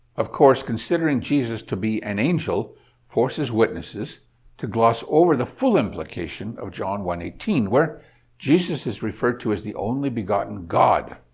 of course, considering jesus to be an angel forces witnesses to gloss over the full implication of john one eighteen where jesus is referred to as the only-begotten god,